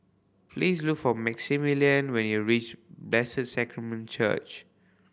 please look for Maximillian when you reach Bless Sacrament Church